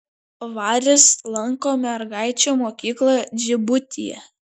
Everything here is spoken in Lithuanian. varis lanko mergaičių mokyklą džibutyje